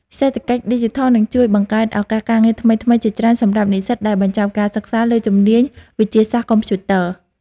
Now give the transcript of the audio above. សេដ្ឋកិច្ចឌីជីថលនឹងជួយបង្កើតឱកាសការងារថ្មីៗជាច្រើនសម្រាប់និស្សិតដែលបញ្ចប់ការសិក្សាលើជំនាញវិទ្យាសាស្ត្រកុំព្យូទ័រ។